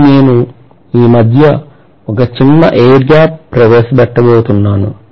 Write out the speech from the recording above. కానీ నేను ఈ మధ్య ఒక చిన్న ఎయిర్ గ్యాప్ ప్రవేశపెట్టబోతున్నాను